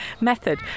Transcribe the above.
method